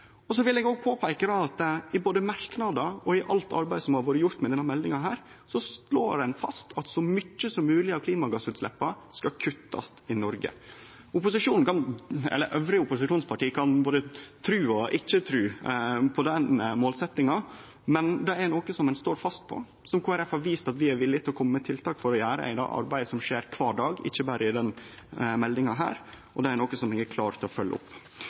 at så mykje som mogleg av klimagassutsleppa skal kuttast i Noreg. Dei andre opposisjonspartia kan både tru og ikkje tru på den målsetjinga, men det er noko som ein står fast på, og som Kristeleg Folkeparti har vist at vi er villige til å kome med tiltak for å gjere i det arbeidet som skjer kvar dag – ikkje berre i denne meldinga. Det er noko som eg er klar til å følgje opp.